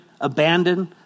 abandoned